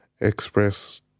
Express